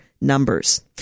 numbers